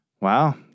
Wow